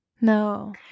No